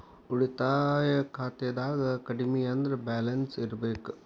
ಉಳಿತಾಯ ಖಾತೆದಾಗ ಕಡಮಿ ಅಂದ್ರ ಬ್ಯಾಲೆನ್ಸ್ ಇರ್ಬೆಕ್